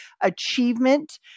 achievement